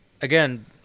again